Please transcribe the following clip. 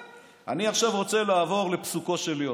אני רוצה לעבור עכשיו לפסוקו של יום.